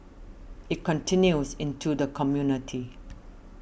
it continues into the community